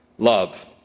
Love